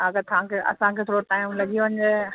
अगरि तव्हांखे असांखे थोरो टाइम लॻी वञे